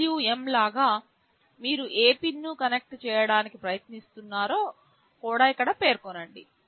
PWM లాగా మీరు ఏ పిన్ను కనెక్ట్ చేయడానికి ప్రయత్నిస్తున్నారో కూడా ఇక్కడ పేర్కొనండి